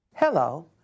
Hello